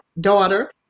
daughter